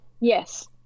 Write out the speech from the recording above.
Yes